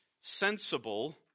sensible